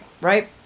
right